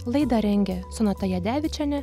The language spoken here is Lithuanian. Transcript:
laidą rengė sonata jadevičienė